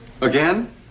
Again